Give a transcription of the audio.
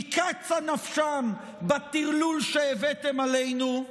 כי קצה נפשם בטרלול שהבאתם עלינו,